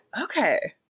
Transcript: okay